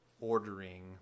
ordering